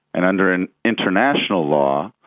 and under and international law,